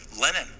Lenin